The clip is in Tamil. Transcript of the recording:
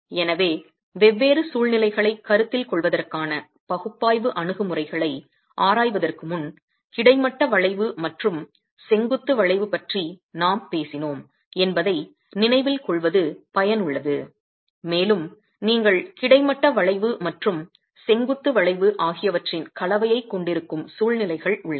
எனவே வெவ்வேறு சூழ்நிலைகளைக் கருத்தில் கொள்வதற்கான பகுப்பாய்வு அணுகுமுறைகளை ஆராய்வதற்கு முன் கிடைமட்ட வளைவு மற்றும் செங்குத்து வளைவு பற்றி நாம் பேசினோம் என்பதை நினைவில் கொள்வது பயனுள்ளது மேலும் நீங்கள் கிடைமட்ட வளைவு மற்றும் செங்குத்து வளைவு ஆகியவற்றின் கலவையைக் கொண்டிருக்கும் சூழ்நிலைகள் உள்ளன